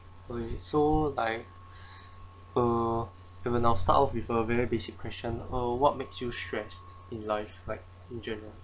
okay so like uh and I will start off with a very basic question uh what makes you stressed in life like in general